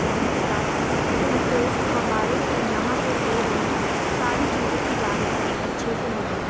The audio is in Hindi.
दूसरा उनको हमारे यहाँ पर हो रही सारी चीज़ों की जानकारी अच्छे से होगी